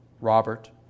Robert